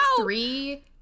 three